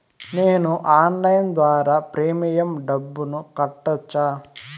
నేను ఆన్లైన్ ద్వారా ప్రీమియం డబ్బును కట్టొచ్చా?